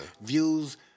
views